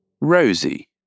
Rosie